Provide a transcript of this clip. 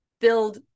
build